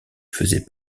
faisait